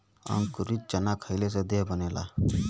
अंकुरित चना खईले से देह बनेला